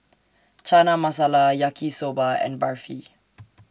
Chana Masala Yaki Soba and Barfi